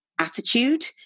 attitude